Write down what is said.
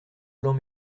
blanc